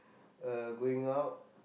uh going out